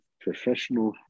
Professional